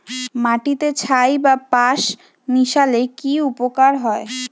মাটিতে ছাই বা পাঁশ মিশালে কি উপকার হয়?